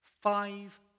Five